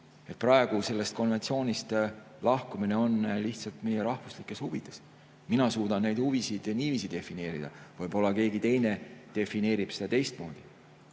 Praegu sellest konventsioonist lahkumine on lihtsalt meie rahvuslikes huvides. Mina suudan neid huvisid niiviisi defineerida, võib-olla keegi teine defineerib neid teistmoodi.